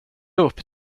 upp